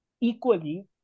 equally